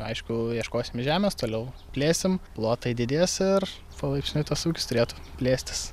aišku ieškosim žemės toliau plėsim plotai didės ir palaipsniui tas ūkis turėtų plėstis